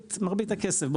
מרבית הכסף.